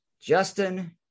Justin